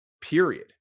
period